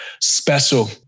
special